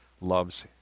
loves